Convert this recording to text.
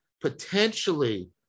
potentially